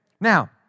Now